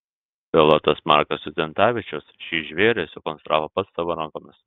pilotas markas judzentavičius šį žvėrį sukonstravo pats savo rankomis